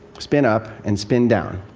spin-up and spin-down.